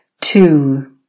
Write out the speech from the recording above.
two